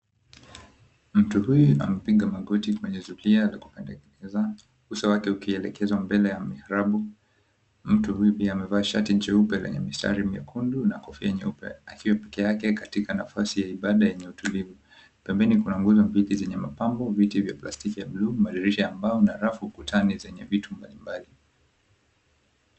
Mtu huyu amepiga magoti kwenye zulia la kupendeza uso wake ukielekewa mbele ya miarabu. Mtu huyu pia amevaa shati jeupe lenye mistari miekundu na kofia nyeupe akiwa peke yake katika nafasi ya ibada yenye utulivu. Pembeni kuna nguzo mbili zenye mapambo, viti vya plastiki vya buluu, madirisha ya mbao na rafu ukutani zenye vitu mbalimbali.